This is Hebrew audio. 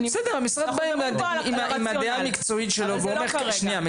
אנחנו מדברים על הרציונל, אבל זה לא כרגע.